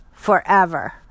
Forever